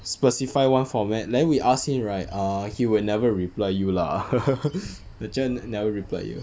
specify one format then we ask him right ah he will never reply you lah the cher ne~ never reply you